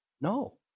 No